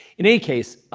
in any case,